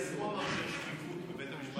הנשיא עצמו אמר שאין שקיפות בבית המשפט העליון.